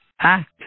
act